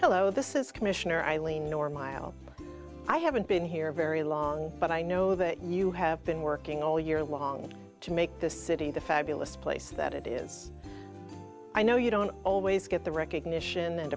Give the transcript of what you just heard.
hello this is commissioner eileen normile i haven't been here very long but i know that you have been working all year long to make this city the fabulous place that it is i know you don't always get the recognition and